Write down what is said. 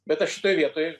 bet aš šitoj vietoj